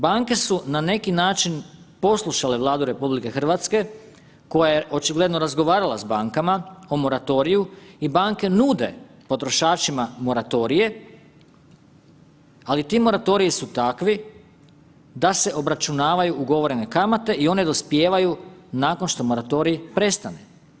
Banke su na neki način poslušale Vladu RH koja je očigledno razgovarala s bankama o moratoriju i banke nude potrošačima moratorije, ali ti moratoriji su takvi da se obračunavaju ugovorene kamate i one dospijevaju nakon što moratorij prestane.